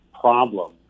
problem